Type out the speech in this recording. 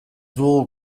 dugu